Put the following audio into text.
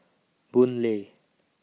Boon Lay